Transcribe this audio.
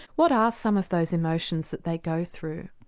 what are some of those emotions that they go through?